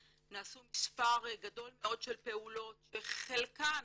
נעשו מספר גדול מאוד של פעולות שחלקן,